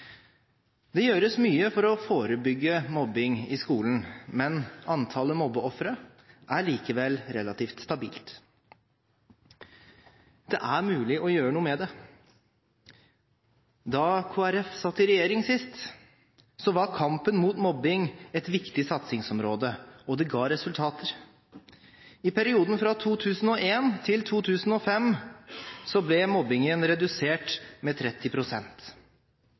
Det gjøres mye for å forebygge mobbing i skolen, men antallet mobbeofre er likevel relativt stabilt. Det er mulig å gjøre noe med det. Da Kristelig Folkeparti satt i regjering sist, var kampen mot mobbing et viktig satsingsområde, og det ga resultater. I perioden fra 2001til 2005 ble mobbingen redusert med